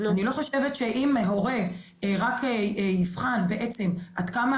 אני לא חושבת שאם הורה רק יבחן בעצם עד כמה